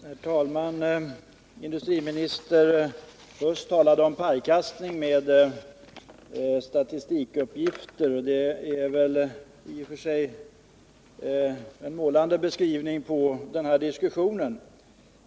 Herr talman! Industriminister Huss talade om pajkastning med statistikuppgifter och det är väl i och för sig en målande beskrivning av den här diskussionen.